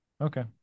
Okay